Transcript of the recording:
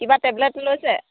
কিবা টেবলেট লৈছে